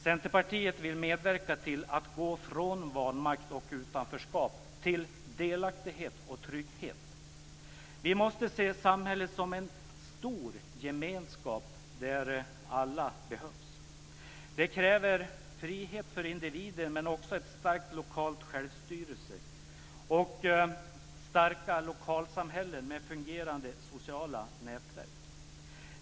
Centerpartiet vill medverka till att gå från vanmakt och utanförskap till delaktighet och trygghet. Vi måste se samhället som en stor gemenskap där alla behövs. Det kräver frihet för individen men också en stark lokal självstyrelse och starka lokalsamhällen med fungerande sociala nätverk.